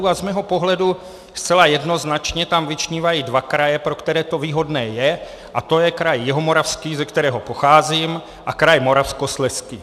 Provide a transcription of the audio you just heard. A z mého pohledu zcela jednoznačně tam vyčnívají dva kraje, pro které to výhodné je, a to je kraj Jihomoravský, ze kterého pocházím, a kraj Moravskoslezský.